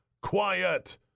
Quiet